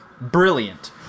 Brilliant